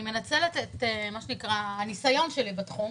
אני מנצלת את הניסיון שלי בתחום,